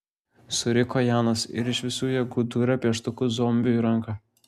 suriko janas ir iš visų jėgų dūrė pieštuku zombiui į ranką